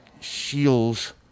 Shields